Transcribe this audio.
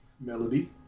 Melody